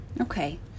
Okay